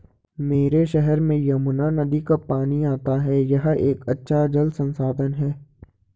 मेरे शहर में यमुना नदी का पानी आता है यह एक अच्छा जल संसाधन है